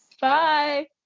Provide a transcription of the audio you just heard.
bye